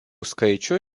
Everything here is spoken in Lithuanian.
skaičių